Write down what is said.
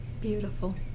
Beautiful